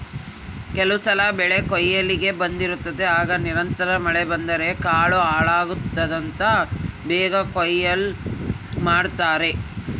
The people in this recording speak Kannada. ಕೆಲವುಸಲ ಬೆಳೆಕೊಯ್ಲಿಗೆ ಬಂದಿರುತ್ತದೆ ಆಗ ನಿರಂತರ ಮಳೆ ಬಂದರೆ ಕಾಳು ಹಾಳಾಗ್ತದಂತ ಬೇಗ ಕೊಯ್ಲು ಮಾಡ್ತಾರೆ